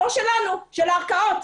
לא שלנו אלא של הערכאות.